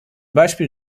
beispiel